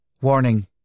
Warning